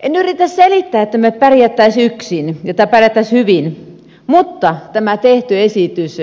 en yritä selittää että me pärjäisimme yksin ja että pärjäisimme hyvin mutta tämä tehty esitys